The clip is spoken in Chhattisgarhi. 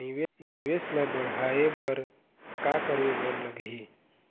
निवेश ला बड़हाए बर का करे बर लगही?